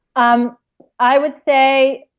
um i would say,